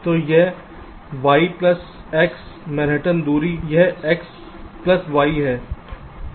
तो यह y plus x Manhattan की दूरी यह x प्लस y है